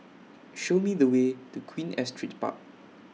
Show Me The Way to Queen Astrid Park